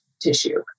tissue